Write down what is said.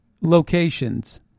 locations